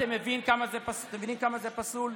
אתה מבין כמה זה פסול?